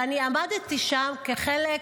אני עמדתי שם כחלק,